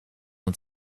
het